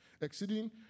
exceeding